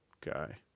Guy